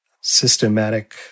systematic